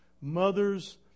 mothers